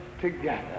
together